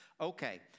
okay